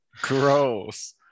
gross